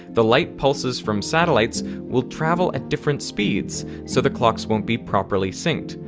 the light pulses from satellites will travel at different speeds so the clocks won't be properly synced.